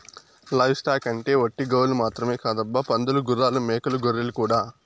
live stock అంటే ఒట్టి గోవులు మాత్రమే కాదబ్బా పందులు గుర్రాలు మేకలు గొర్రెలు కూడా